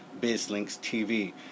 bizlinks.tv